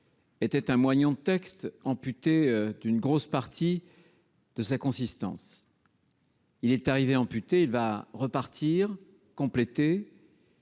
était un moyen de texte amputé d'une grosse partie de sa consistance. Il est arrivé, amputé, il va repartir compléter.